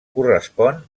correspon